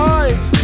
eyes